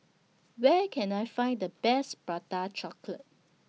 Where Can I Find The Best Prata Chocolate